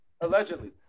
Allegedly